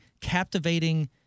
captivating